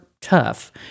tough